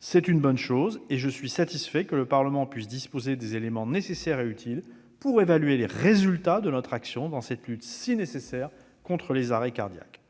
C'est une bonne chose, et je suis satisfait que le Parlement puisse disposer des éléments utiles pour évaluer les résultats de notre action dans cette lutte si nécessaire contre les arrêts cardiaques.